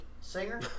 singer